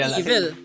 evil